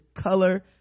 color